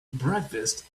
breakfast